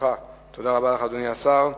ביום כ"ז בסיוון התש"ע (9 ביוני 2010):